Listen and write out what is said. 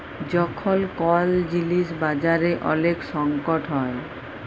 যখল কল জিলিস বাজারে ওলেক সংকট হ্যয়